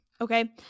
okay